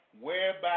whereby